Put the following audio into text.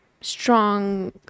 strong